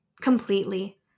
completely